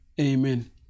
Amen